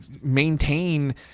maintain